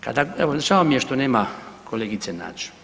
Kada evo žao mi je što nema kolegice Nađ.